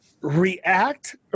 react